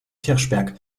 kirchberg